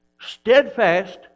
steadfast